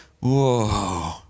whoa